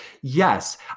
yes